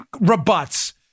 rebuts